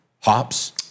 hops